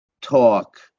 talk